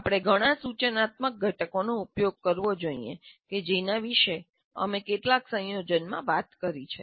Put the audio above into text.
આપણે ઘણાં સૂચનાત્મક ઘટકોનો ઉપયોગ કરવો જોઈએ કે જેના વિશે અમે કેટલાક સંયોજનમાં વાત કરી છે